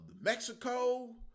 Mexico